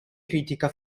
critica